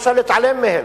אי-אפשר להתעלם מהן.